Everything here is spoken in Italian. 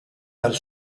dal